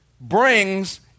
brings